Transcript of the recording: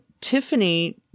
Tiffany